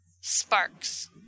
sparks